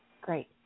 great